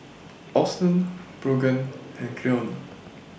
Austen Brogan and Cleone